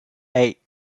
eight